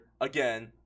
again